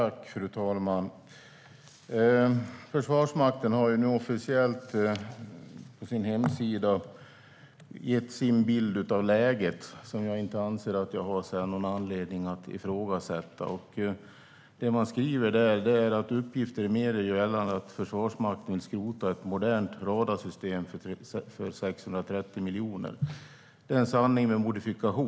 Fru talman! Försvarsmakten har nu officiellt, på sin hemsida, gett sin bild av läget. Jag anser inte att jag har någon anledning att ifrågasätta den. Det man skriver är: "Uppgifter i media gör gällande att Försvarsmakten vill skrota ett 'modernt' radarsystem för 630 miljoner kronor." Det är en sanning med modifikation.